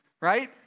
Right